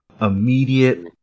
Immediate